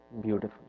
beautiful